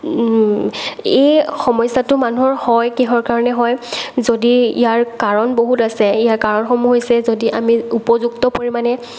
এই সমস্যাটো মানুহৰ হয় কিহৰ কাৰণে হয় যদি ইয়াৰ কাৰণ বহুত আছে ইয়াৰ কাৰণসমূহ হৈছে যদি আমি উপযুক্ত পৰিমাণে